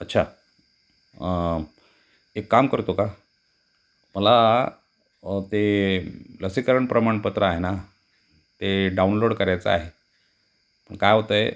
अच्छा एक काम करतो का मला ते लसीकरण प्रमाणपत्र आहे ना ते डाउनलोड करायचं आहे पण काय होत आहे